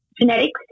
Genetics